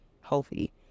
healthy